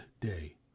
day